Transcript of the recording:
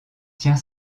tient